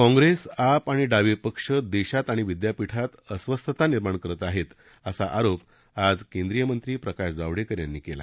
काँग्रेस आप आणि डावे पक्ष देशात आणि विद्यापीठात अस्वस्थता निर्माण करत आहेत असा आरोप आज केंद्रीय मंत्री प्रकाश जावडेकर यांनी केला